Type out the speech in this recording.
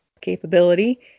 capability